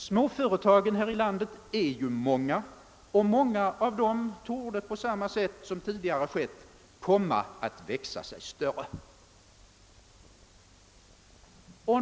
Småföretagen i landet är många, och många av dem torde, på samma sätt som tidigare skett, komma att växa sig större.